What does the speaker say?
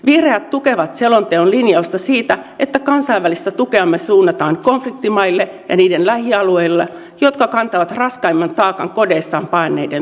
vihreät tukevat selonteon linjausta siitä että kansainvälistä tukeamme suunnataan konfliktimaille ja niiden lähialueille jotka kantavat raskaimman taakan kodeistaan paenneiden tukemisessa